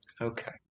Okay